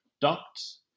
ducts